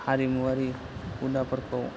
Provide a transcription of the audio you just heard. हारिमुवारि हुदाफोरखौ